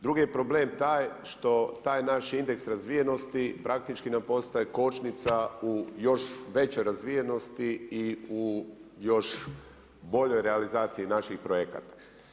Drugi je problem taj što taj naš indeks razvijenosti praktički nam postaje kočnica u još većoj razvijenosti i u još boljoj realizaciji naših projekata.